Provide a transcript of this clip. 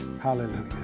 Hallelujah